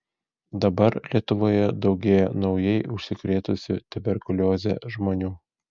dabar lietuvoje daugėja naujai užsikrėtusių tuberkulioze žmonių